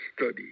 study